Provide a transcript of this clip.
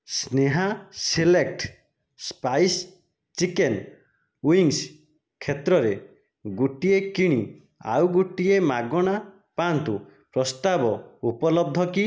Sneha select spice chicken wings କ୍ଷେତ୍ରରେ ଗୋଟିଏ କିଣି ଆଉ ଗୋଟିଏ ମାଗଣା ପାଆନ୍ତୁ ପ୍ରସ୍ତାବ ଉପଲବ୍ଧ କି